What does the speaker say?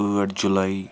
ٲٹھ جُلاے